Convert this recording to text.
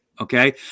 okay